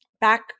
back